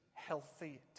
healthy